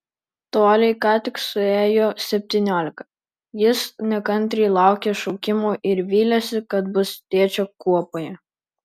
toliai ką tik suėjo septyniolika jis nekantriai laukė šaukimo ir vylėsi kad bus tėčio kuopoje